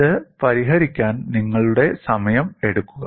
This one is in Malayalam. ഇത് പരിഹരിക്കാൻ നിങ്ങളുടെ സമയം എടുക്കുക